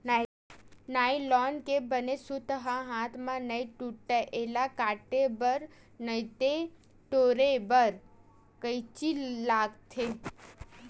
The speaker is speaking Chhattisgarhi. नाइलोन के बने सूत ह हाथ म नइ टूटय, एला काटे बर नइते टोरे बर कइची लागथे